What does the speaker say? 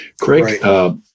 Craig